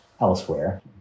elsewhere